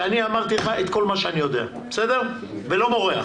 שאני אמרתי לך את כל מה שאני יודע ולא מורח.